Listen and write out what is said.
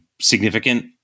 significant